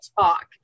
talk